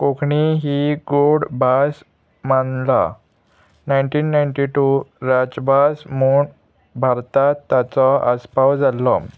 कोंकणी ही गोड भास मानला नायनटीन नायटी टू राजभास म्हूण भारतांत ताचो आसपाव जाल्लो